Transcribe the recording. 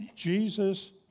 Jesus